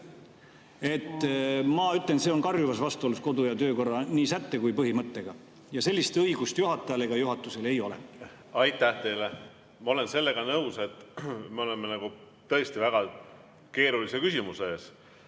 Ma ütlen, et see on karjuvas vastuolus nii kodu- ja töökorra sätte kui põhimõttega ja sellist õigust juhatajal ega juhatusel ei ole. Aitäh teile! Ma olen sellega nõus, et me oleme tõesti väga keerulise küsimuse ees